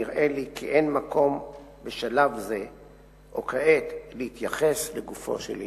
נראה לי כי אין מקום בשלב זה או כעת להתייחס לגופו של עניין,